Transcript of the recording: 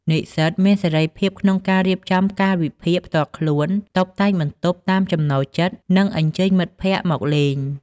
និស្សិតមានសេរីភាពក្នុងការរៀបចំកាលវិភាគផ្ទាល់ខ្លួន តុបតែងបន្ទប់តាមចំណូលចិត្ត និងអញ្ជើញមិត្តភក្តិមកលេង។